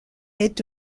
est